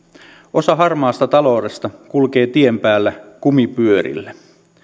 osa harmaasta taloudesta kulkee tien päällä kumipyörillä